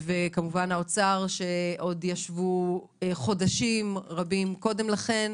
וכמובן האוצר שעוד ישבו חודשים רבים קודם לכן,